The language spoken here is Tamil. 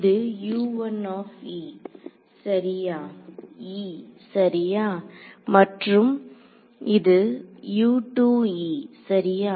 இது சரியா e சரியா மற்றும் இது சரியா